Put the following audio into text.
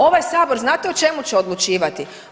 Ovaj Sabor znate o čemu će odlučivati?